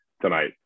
tonight